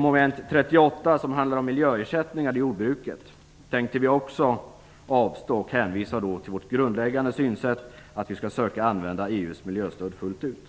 Mom. 38 handlar om miljöersättningar till jordbruket. Där hänvisar vi till vårt grundläggande synsätt, att vi skall söka använda EU:s miljöstöd fullt ut.